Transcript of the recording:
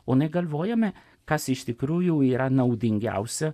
o negalvojome kas iš tikrųjų yra naudingiausia